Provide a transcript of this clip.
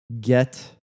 Get